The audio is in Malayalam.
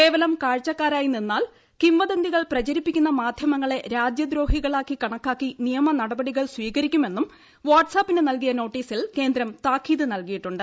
കേവലം കാഴ്ചക്കാരായി നിന്നാൽ കിംവദന്തികൾ പ്രചരിപ്പിക്കുന്ന മാധ്യമങ്ങളെ രാജ്യദ്രോഹികളായി കണക്കാക്കി നിയമനടപടികൾ സ്വീകരിക്കുമെന്നും വാട്ട്സ്ആപ്പിന് നൽകിയ നോട്ടീസിൽ കേന്ദ്രം താക്കീത് നൽകിയിട്ടുണ്ട്